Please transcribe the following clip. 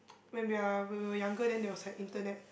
when we're when we were younger then there was like internet